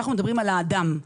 אנחנו מדברים על האדם.